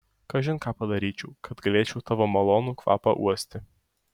kažin ką padaryčiau kad galėčiau tavo malonų kvapą uosti